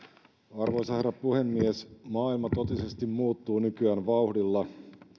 arvoisa herra puhemies maailma totisesti muuttuu nykyään vauhdilla